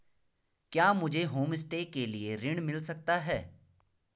क्या मुझे होमस्टे के लिए ऋण मिल सकता है?